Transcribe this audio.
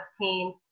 pain